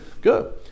Good